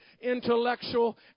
intellectual